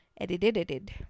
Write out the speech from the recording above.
edited